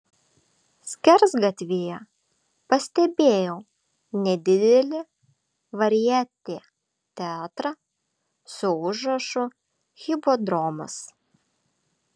skersgatvyje pastebėjau nedidelį varjetė teatrą su užrašu hipodromas